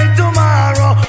tomorrow